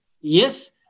Yes